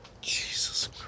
Jesus